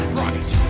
right